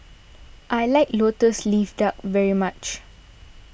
I like Lotus Leaf Duck very much